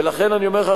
ולכן אני אומר לך,